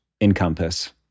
encompass